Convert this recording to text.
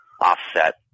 offset